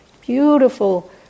beautiful